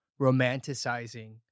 romanticizing